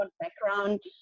background